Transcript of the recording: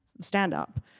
stand-up